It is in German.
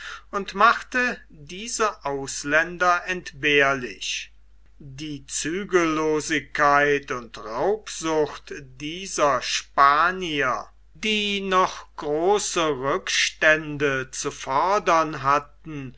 und machte diese ausländer entbehrlich die zügellosigkeit und raubsucht dieser spanier die noch große rückstände zu fordern hatten